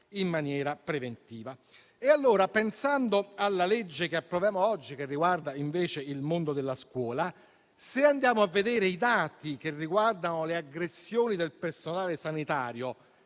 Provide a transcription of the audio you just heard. in maniera preventiva. Pensando al provvedimento che approviamo oggi, che riguarda il mondo della scuola, se andiamo a vedere i dati che riguardano le aggressioni del personale sanitario,